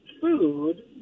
food